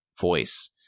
voice